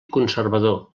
conservador